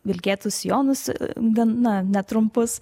vilkėtų sijonus gan na netrumpus